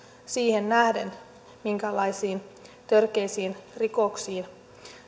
siihen nähden minkälaisiin törkeisiin rikoksiin